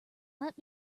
let